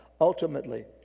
Ultimately